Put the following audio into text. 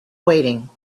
waiting